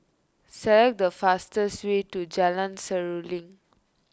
select the fastest way to Jalan Seruling